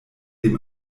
dem